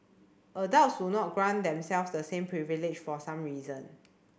adults do not grant themselves the same privilege for some reason